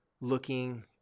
looking